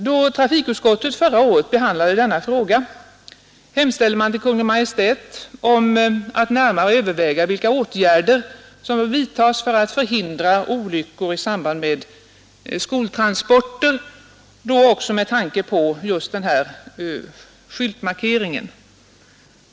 Då trafikutskottet förra året behandlade denna fråga hemställde man att Kungl. Maj:t måtte närmare överväga vilka åtgärder som bör vidtas för att förhindra olyckor i samband med skoltransporter, bl.a. med tanke på just den här skyltmarkeringen.